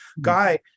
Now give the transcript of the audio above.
guy